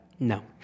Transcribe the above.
No